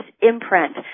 imprint